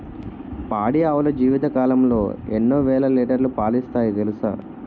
పాడి ఆవులు జీవితకాలంలో ఎన్నో వేల లీటర్లు పాలిస్తాయి తెలుసా